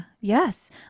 Yes